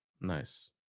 Nice